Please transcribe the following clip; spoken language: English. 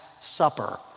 Supper